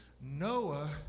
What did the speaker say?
Noah